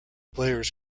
players